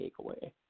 takeaway